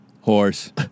horse